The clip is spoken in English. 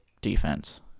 defense